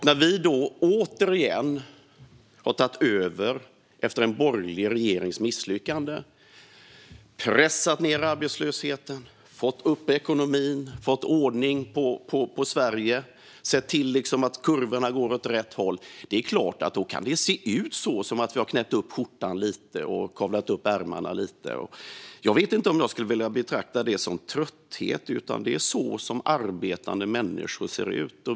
När vi återigen har tagit över efter en borgerlig regerings misslyckande och pressat ned arbetslösheten, fått upp ekonomin, fått ordning på Sverige och sett till att kurvorna går åt rätt håll är det klart att det kan se ut som att vi har knäppt upp skjortan lite grann och kavlat upp ärmarna. Jag vet inte om jag skulle vilja betrakta det som trötthet, utan det är så som arbetande människor ser ut.